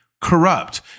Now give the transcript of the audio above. corrupt